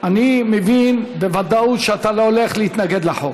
אני מבין בוודאות שאתה לא הולך להתנגד לחוק.